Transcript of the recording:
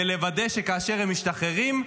ולוודא שכאשר הם משתחררים,